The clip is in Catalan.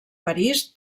parís